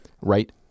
right